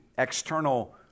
external